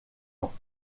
ans